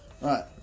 Right